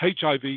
HIV